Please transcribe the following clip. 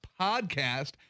podcast